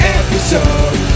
episode